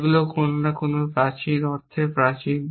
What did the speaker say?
এগুলো কোনো না কোনো অর্থে প্রাচীন